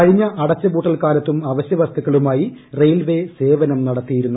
കഴിഞ്ഞ അടച്ചുപൂട്ടൽ കാലത്തും അവശ്യ വസ്തുക്കളുമായി റെയിൽവേ സേവനം നടത്തിയിരുന്നു